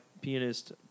pianist